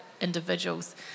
individuals